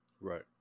right